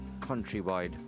countrywide